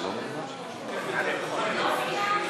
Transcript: הוא לא הופיע?